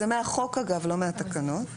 זה מהחוק אגב, לא מהתקנות.